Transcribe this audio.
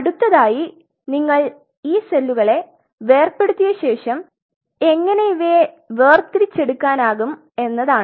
അടുത്തതായി നിങ്ങൾ ഈ സെല്ലുകളെ വേർപെടുത്തിയ ശേഷം എങ്ങനെ ഇവയെ വേർതിരിചെടുക്കാനാകും എന്നാണ്